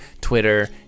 Twitter